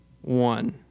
one